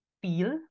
feel